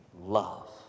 love